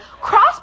Cross